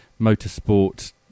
motorsport